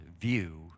view